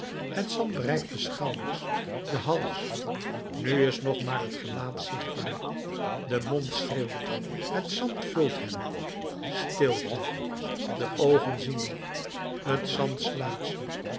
het zand bereikt de schouders den hals nu is nog maar het gelaat zichtbaar de mond schreeuwt het zand vult hem stilte de oogen zien nog het zand sluit